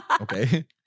Okay